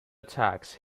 attacks